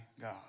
God